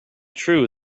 true